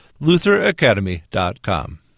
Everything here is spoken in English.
lutheracademy.com